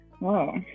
Wow